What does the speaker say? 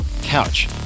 couch